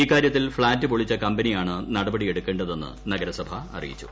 ഇക്കാര്യത്തിൽ ഫ്ളാറ്റ് പൊളിച്ച കമ്പനിയാണ് നടപടിയെടുക്കേണ്ടതെന്ന് നഗരസഭ അറിയിച്ചു